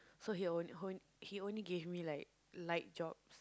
so he will h~ he only gave me like light job